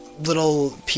little